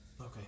Okay